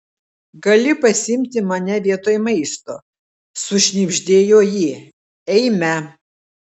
gali pasiimti mane vietoj maisto sušnibždėjo ji eime